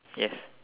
yes